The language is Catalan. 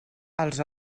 els